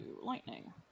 Lightning